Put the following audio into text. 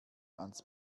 ans